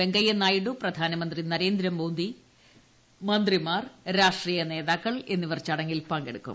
വെങ്കയ്യനായിഡു പ്രധാനമന്ത്രി നരേന്ദ്രമോദി മന്ത്രിമാർ രാഷ്ട്രീയ നേതാക്കൾ എന്നിവർ ചടങ്ങിൽ പങ്കെടുക്കും